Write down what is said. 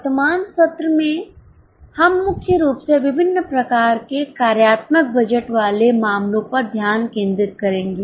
वर्तमान सत्र में हम मुख्य रूप से विभिन्न प्रकार के कार्यात्मक बजट वाले मामलों पर ध्यान केंद्रित करेंगे